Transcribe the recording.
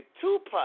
Tupac